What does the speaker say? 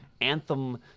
anthem